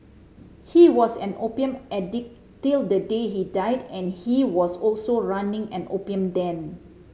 he was an opium addict till the day he died and he was also running an opium den